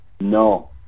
No